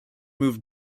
moved